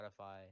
Spotify